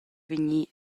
vegnir